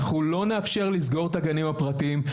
אנחנו לא נאפשר לסגור את הגנים הפרטיים.